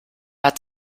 hat